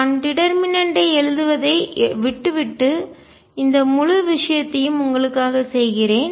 நான் டிடர்மீனட் ஐ எழுதுவதை விட்டுவிட்டு இந்த முழு விஷயத்தையும் உங்களுக்காகச் செய்கிறேன்